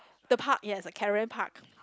the park yes the caravan park